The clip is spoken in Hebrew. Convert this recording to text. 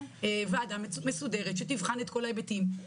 ועדה מסודרת שתבחן את כל ההיבטים.